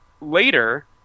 later